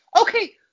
Okay